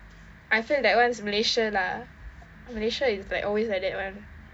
I feel that one is malaysia lah malaysia is like always like that [one]